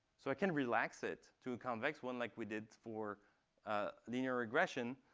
so i can relax it to a convex one like we did for linear aggression.